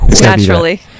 naturally